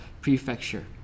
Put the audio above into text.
prefecture